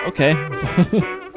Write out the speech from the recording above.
Okay